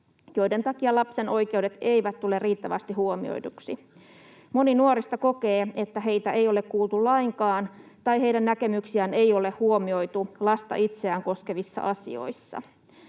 joiden takia lapsen oikeudet eivät tule riittävästi huomioiduiksi. Moni nuorista kokee, että heitä ei ole kuultu lainkaan tai heidän näkemyksiään ei ole huomioitu heitä itseään koskevissa asioissa.